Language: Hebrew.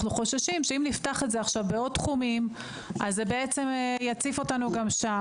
אנחנו חוששים שאם נפתח את זה עכשיו לעוד תחומים זה יציף אותנו גם שם.